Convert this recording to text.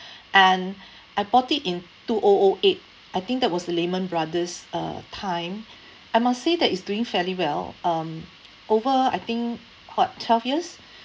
and I bought it in two O O eight I think that was lehman brothers uh time I must say that it's doing fairly well um over I think what twelve years